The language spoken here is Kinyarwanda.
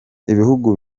ibihugu